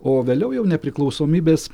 o vėliau jau nepriklausomybės